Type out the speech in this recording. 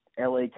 LA